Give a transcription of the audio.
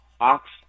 Ox